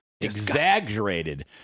Exaggerated